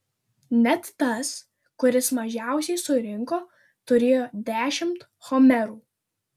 net tas kuris mažiausiai surinko turėjo dešimt homerų